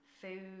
food